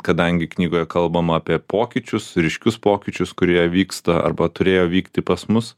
kadangi knygoje kalbama apie pokyčius ryškius pokyčius kurie vyksta arba turėjo vykti pas mus